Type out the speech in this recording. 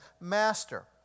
master